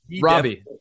robbie